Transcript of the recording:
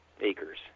acres